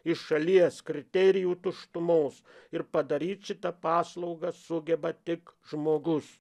iš šalies kriterijų tuštumos ir padaryt šitą paslaugą sugeba tik žmogus